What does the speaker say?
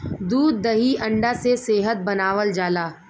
दूध दही अंडा से सेहत बनावल जाला